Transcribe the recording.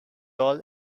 all